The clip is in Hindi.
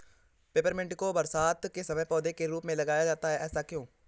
पेपरमिंट को बरसात के समय पौधे के रूप में लगाया जाता है ऐसा क्यो?